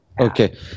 okay